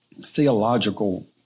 theological